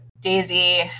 Daisy